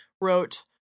wrote